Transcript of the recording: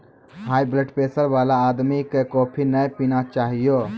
high blood pressure वाला आदमी कॅ कॉफी नय पीना चाहियो